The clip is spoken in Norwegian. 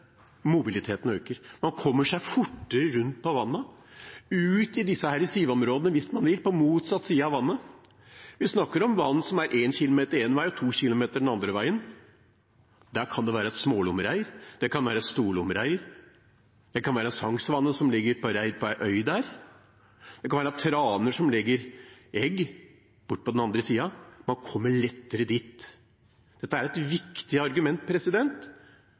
mobiliteten øker. Man kommer seg fortere rundt på vannet, ut i sivområdene, hvis man vil, på motsatt side av vannet. Vi snakker om vann som er 1 km én vei og 2 km den andre veien. Der kan det være et smålomreir, det kan være et storlomreir, det kan være en sangsvane som ligger med reir på ei øy der, det kan være traner som legger egg borte på den andre siden. Man kommer lettere dit. Dette er et viktig argument,